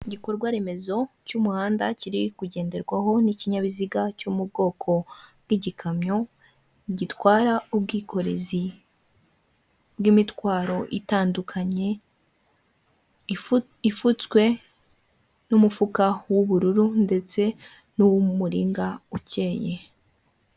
Igikorwaremezo cy'umuhanda kiri kugenderwaho n'ikinyabiziga cyo mu bwoko bw'igikamyo, gitwara ubwikorezi bw'imitwaro itandukanye; ipfutswe n'umufuka w'ubururu ndetse n'w'umuringa ucyeye.